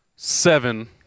Seven